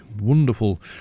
wonderful